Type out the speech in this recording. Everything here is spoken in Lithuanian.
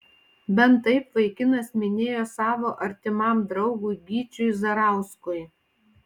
bent taip vaikinas minėjo savo artimam draugui gyčiui zarauskui